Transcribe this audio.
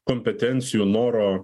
kompetencijų noro